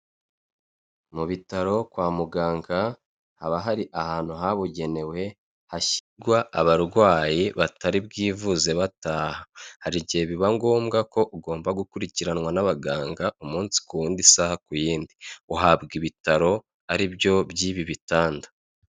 Mu bitaro kwa muganga haba hari ahantu habugenewe hashyirwa abarwayi batari bwivuze bataha. Hari igihe biba ngombwa ko ugomba gukurikiranwa n'abaganga umunsi ku wundi, isaha ku yindi. Uhabwa ibitaro, ari byo by'ibi bitanda.